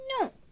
No